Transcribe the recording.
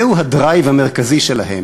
זהו הדרייב המרכזי שלהם.